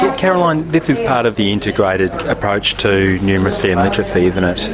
and caroline, this is part of the integrated approach to numeracy and literacy, isn't it.